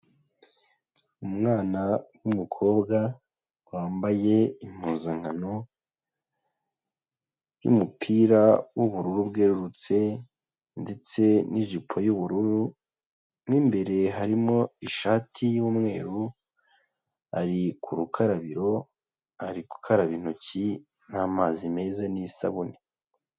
Umwana w'umukobwa wambaye impuzankano y'umupira w'ubururu bwerurutse ndetse n'ijipo y'ubururu mo mbere harimo ishati y'umweru ari ku rukarabiro ari gukaraba intoki n'amazi meza n'isabune.